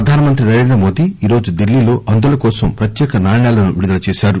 ప్రధానమంత్రి నరేంద్రమోదీ ఈరోజు ఢిల్లీలో అంధుల కోసం ప్రత్యేక నాణేలను విడుదల చేశారు